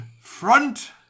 Front